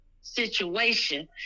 situation